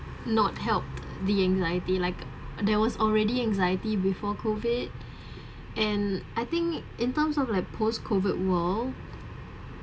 not help the anxiety like uh there was already anxiety before COVID and I think in terms of like post COVID world